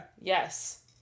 Yes